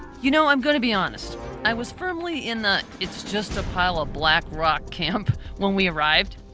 you know i'm going to be honest i was firmly in the it's just a pile of black rock camp when we arrived,